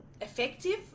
effective